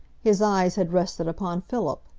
his eyes had rested upon philip.